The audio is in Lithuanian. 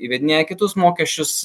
įvedinėja kitus mokesčius